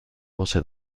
fosse